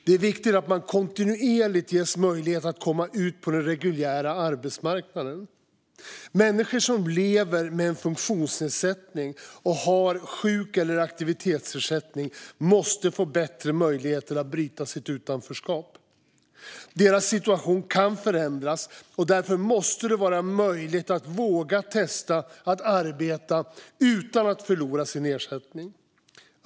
Det är viktigt att man kontinuerligt ges möjlighet att komma ut på den reguljära arbetsmarknaden. Människor som lever med en funktionsnedsättning och har sjuk eller aktivitetsersättning måste få bättre möjligheter att bryta sitt utanförskap. Deras situation kan förändras, och därför måste det vara möjligt för dem att våga testa att arbeta utan att förlora sin ersättning.